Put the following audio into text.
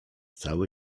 cały